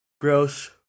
Gross